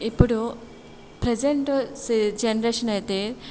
ఇప్పుడు ప్రజెంట్ సె జనరేషన్ అయితే